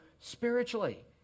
spiritually